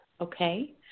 Okay